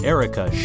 Erica